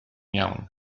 iawn